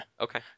okay